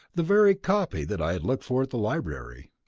the very copy that i had looked for at the library.